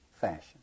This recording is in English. fashion